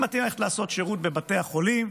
מי מתאים ללכת לעשות שירות בבתי החולים,